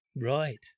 Right